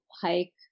hike